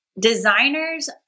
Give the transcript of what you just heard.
designers